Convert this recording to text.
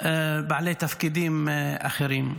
בעלי תפקידים אחרים.